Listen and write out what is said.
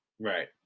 Right